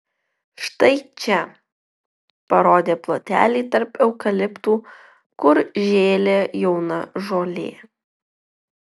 štai čia parodė plotelį tarp eukaliptų kur žėlė jauna žolė